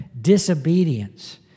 Disobedience